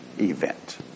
event